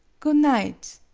goon night,